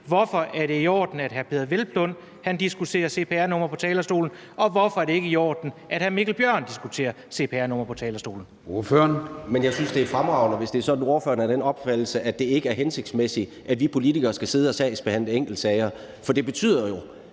Hvorfor er det i orden, at hr. Peder Hvelplund diskuterer cpr-numre på talerstolen, og hvorfor er det ikke i orden, at hr. Mikkel Bjørn diskuterer cpr-numre på talerstolen?